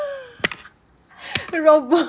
robo